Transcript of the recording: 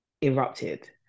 erupted